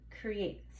create